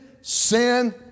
sin